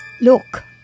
Look